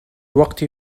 وقت